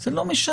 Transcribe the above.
זה לא משנה.